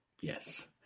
Yes